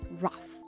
rough